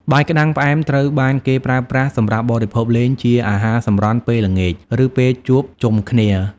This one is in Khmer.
បាយក្ដាំងផ្អែមត្រូវបានគេប្រើប្រាស់សម្រាប់បរិភោគលេងជាអាហារសម្រន់ពេលល្ងាច ឬពេលជួបជុំគ្នា។